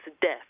death